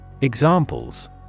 Examples